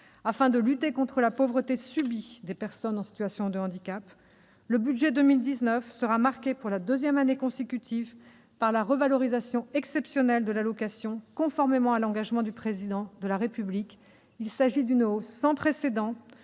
Afin de lutter contre la pauvreté subie des personnes en situation de handicap, le projet de budget pour 2019 sera marqué, pour la deuxième année consécutive, par la revalorisation exceptionnelle de l'allocation, conformément à l'engagement du Président de la République. Il s'agit d'une hausse sans précédent,